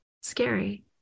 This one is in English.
Scary